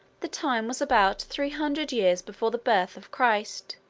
the time was about three hundred years before the birth of christ,